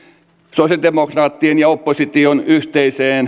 sosiaalidemokraattien ja opposition yhteiseen